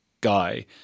guy